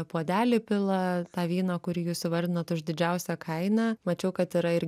puodelį pila tą vyną kurį jūs įvardinot už didžiausią kainą mačiau kad yra ir